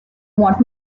want